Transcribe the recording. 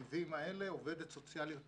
עובדת סוציאלית